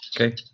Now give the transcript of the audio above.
Okay